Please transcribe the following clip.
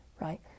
right